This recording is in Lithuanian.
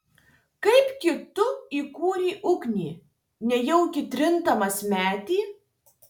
kaipgi tu įkūrei ugnį nejaugi trindamas medį